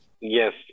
Yes